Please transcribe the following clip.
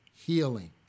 healing